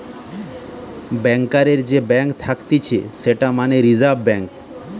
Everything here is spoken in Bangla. ব্যাংকারের যে ব্যাঙ্ক থাকতিছে সেটা মানে রিজার্ভ ব্যাঙ্ক